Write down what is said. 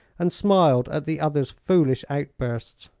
and smiled at the other's foolish outbursts.